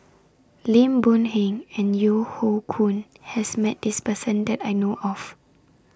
Lim Boon Heng and Yeo Hoe Koon has Met This Person that I know of